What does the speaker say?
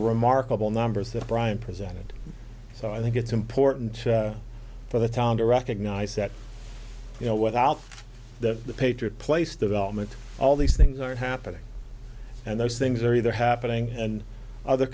remarkable numbers that brian presented so i think it's important for the town to rock nicette you know without the patriot place development all these things are happening and those things are either happening and other